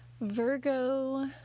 Virgo